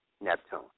Neptune